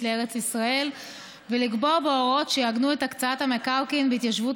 לארץ ישראל ולקבוע בחוק הוראות שיעגנו את הקצאת המקרקעין בהתיישבות